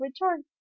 return